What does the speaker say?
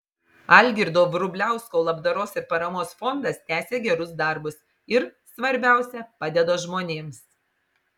algirdo vrubliausko labdaros ir paramos fondas tęsia gerus darbus ir svarbiausia padeda žmonėms